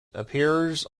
appears